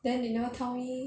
then they never tell me